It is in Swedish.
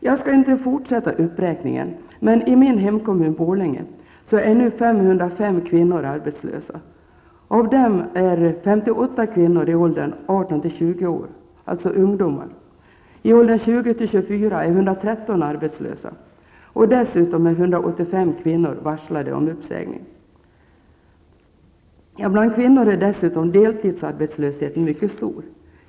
Jag skall inte fortsätta uppräkningen, men i min hemkommun Borlänge är nu 505 kvinnor arbetslösa. Av dem är 58 i åldern 18--20 år, dvs. ungdomar. I åldern 20--24 år är 113 arbetslösa, och dessutom är 185 kvinnor varslade om uppsägning. Bland kvinnor är dessutom deltidsarbetslösheten mycket stor.